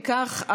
אם כך,